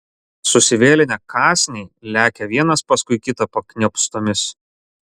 susivėlinę kąsniai lekia vienas paskui kitą pakniopstomis